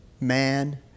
man